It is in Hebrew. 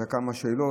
אלה היו כמה שאלות,